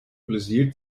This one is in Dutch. plezier